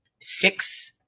six